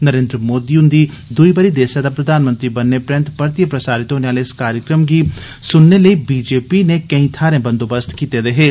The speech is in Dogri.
नरेन्द्र मोदी हुंदे दुई बारी देसै दा प्रधानमंत्री बनने परैन्त परतियै प्रसारित होने आहले इस कार्यक्रम गी सुनने लेई बीजेपी नै केई थाहरें बंदोबस्त कीते दे हे